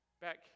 back